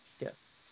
Yes